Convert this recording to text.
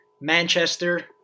Manchester